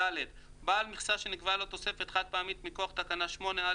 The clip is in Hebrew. בעל מכסה שנקבעה לו תוספת חד-פעמית מכוח תקנה 8(א)